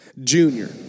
Junior